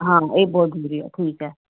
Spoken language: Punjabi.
ਹਾਂ ਇਹ ਬਹੁਤ ਵਧੀਆ ਠੀਕ ਹੈ